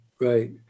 right